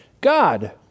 God